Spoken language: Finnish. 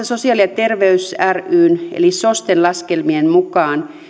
sosiaali ja terveys ryn eli sosten laskelmien mukaan